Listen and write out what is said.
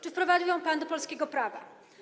Czy wprowadził ją pan do polskiego prawa?